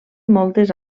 moltes